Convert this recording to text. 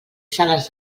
sales